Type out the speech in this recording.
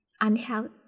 unhealthy